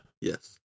Yes